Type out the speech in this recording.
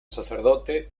sacerdote